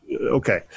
Okay